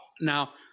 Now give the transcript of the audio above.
Now